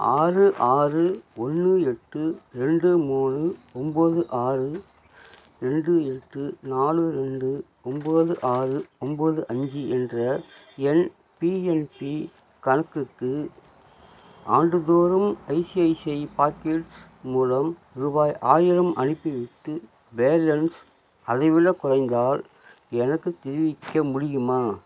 ஆறு ஆறு ஒன்று எட்டு ரெண்டு மூணு ஒம்பது ஆறு ரெண்டு எட்டு நாலு ரெண்டு ஒம்பது ஆறு ஒம்பது அஞ்சு என்ற என் பிஎன்பி கணக்குக்கு ஆண்டுதோறும் ஐசிஐசிஐ பாக்கெட்ஸ் மூலம் ரூபாய் ஆயிரம் அனுப்பிவிட்டு பேலன்ஸ் அதை விடக் குறைந்தால் எனக்குத் தெரிவிக்க முடியுமா